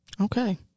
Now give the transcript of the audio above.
Okay